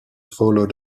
followed